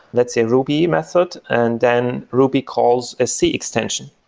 let's say, ruby method, and then ruby calls a c extension,